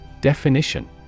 Definition